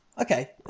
Okay